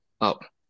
up